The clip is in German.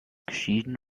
geschieden